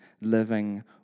living